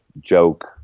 joke